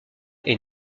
est